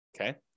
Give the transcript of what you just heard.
okay